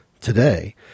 today